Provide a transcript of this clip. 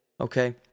okay